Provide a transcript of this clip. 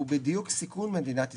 הוא בדיוק סיכון מדינת ישראל,